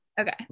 okay